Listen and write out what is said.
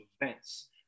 events